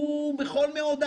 ישראל 2050,